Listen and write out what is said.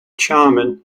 charming